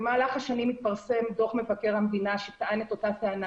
במהלך השנים התפרסם דוח מבקר המדינה שטען את אותה טענה,